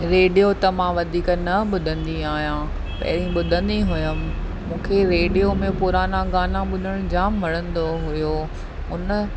radio त मां वधीक न ॿुधंदी आहियां ऐं ॿुधंदी हुअमि मुखे रेडियो में पुराना गाना ॿुधण जाम वणंदो हुओ उन